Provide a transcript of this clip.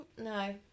No